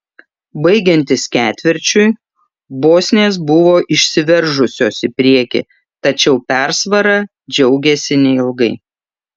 baigiantis ketvirčiui bosnės buvo išsiveržusios į priekį tačiau persvara džiaugėsi neilgai